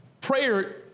prayer